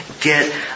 Get